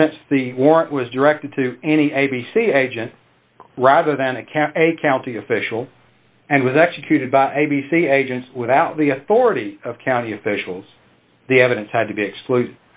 since the warrant was directed to any a b c agent rather than a cat a county official and was executed by a b c agents without the authority of county officials the evidence had to be excluded